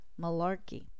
malarkey